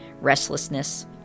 restlessness